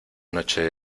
noche